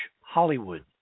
Hollywood